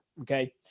okay